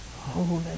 holy